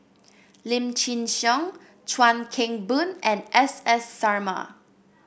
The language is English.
Lim Chin Siong Chuan Keng Boon and S S Sarma